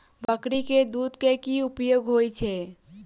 बकरी केँ दुध केँ की उपयोग होइ छै?